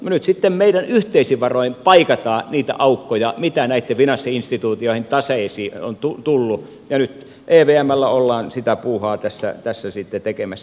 nyt sitten meidän yhteisin varoin paikataan niitä aukkoja mitä näitten finanssi instituutioiden taseisiin on tullut ja nyt evmllä ollaan sitä puuhaa tässä tekemässä